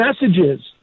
messages